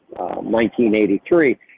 1983